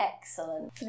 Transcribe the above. Excellent